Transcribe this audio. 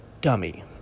dummy